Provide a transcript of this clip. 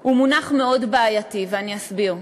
הוא מונח מאוד בעייתי, ואני אסביר.